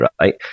right